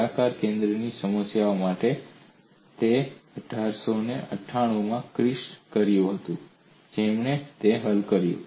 ગોળાકાર છિદ્રની આ સમસ્યા માટે તે 1898 માં કિર્શ્ચ હતું જેમણે તેને હલ કર્યું